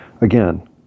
again